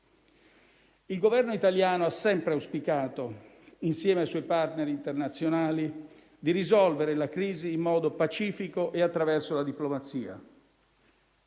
Il Governo italiano ha sempre auspicato, insieme ai suoi *partner* internazionali, di risolvere la crisi in modo pacifico e attraverso la diplomazia.